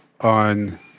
on